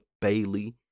Bailey